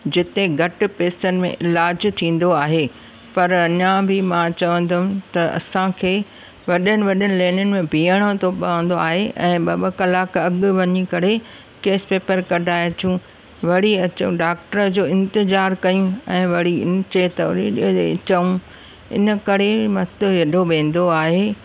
जिते घटि पैसनि में इलाजु थींदो आहे पर अञां बि मां चवंदमि त असांखे वॾनि वॾनि लाइनिनि में ॿीहणो त पवंदो आहे ऐं ॿ ॿ कलाक अॻु वञी करे केस पेपर कढाए अचूं वरी अचो डॉक्टर जो इंतिज़ारु कयूं ऐं वरी चऊं इनकरे वक़्तु हेॾो वेंदो आहे